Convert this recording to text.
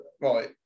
right